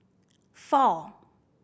four